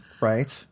Right